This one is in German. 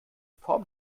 form